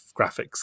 graphics